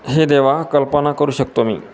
हे देवा कल्पना करू शकतो मी